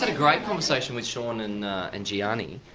ah great conversation with sean and and gianni,